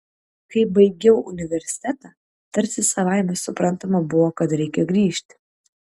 kai baigiau universitetą tarsi savaime suprantama buvo kad reikia grįžt